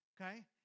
okay